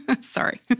Sorry